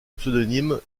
pseudonyme